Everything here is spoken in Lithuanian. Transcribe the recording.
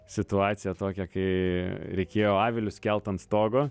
situaciją tokią kai reikėjo avilius kelt ant stogo